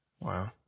Wow